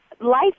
life